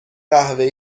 قهوه